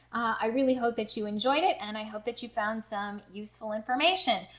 i really hope that you enjoyed it and and i hope that you found some useful information!